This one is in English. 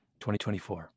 2024